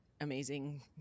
amazing